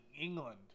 England